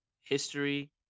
history